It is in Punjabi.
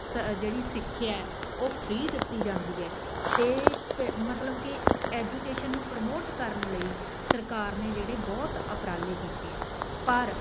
ਸ ਜਿਹੜੀ ਸਿੱਖਿਆ ਉਹ ਫਰੀ ਦਿੱਤੀ ਜਾਂਦੀ ਹੈ ਅਤੇ ਪ ਮਤਲਬ ਕਿ ਐਜੂਕੇਸ਼ਨ ਨੂੰ ਪ੍ਰਮੋਟ ਕਰਨ ਲਈ ਸਰਕਾਰ ਨੇ ਜਿਹੜੇ ਬਹੁਤ ਉਪਰਾਲੇ ਕੀਤੇ ਹੈ ਪਰ